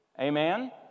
Amen